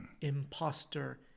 imposter